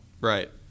Right